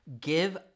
give